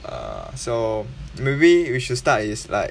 err so maybe we should start is like